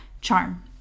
charm